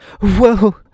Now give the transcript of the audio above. Whoa